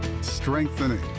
strengthening